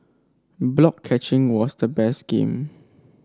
block catching was the best game